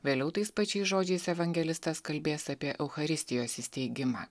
vėliau tais pačiais žodžiais evangelistas kalbės apie eucharistijos įsteigimą